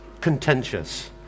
Contentious